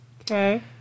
Okay